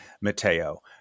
Mateo